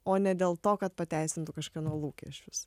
o ne dėl to kad pateisintų kažkieno lūkesčius